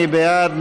מי בעד?